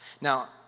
Now